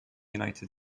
united